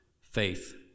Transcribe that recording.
faith